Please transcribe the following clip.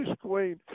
queen